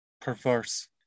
perverse